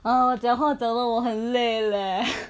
ugh 讲话讲到我很累 leh